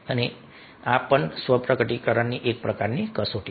અને આ પણ સ્વ પ્રકટીકરણમાં એક પ્રકારની કસોટી છે